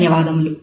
ధన్యవాదములు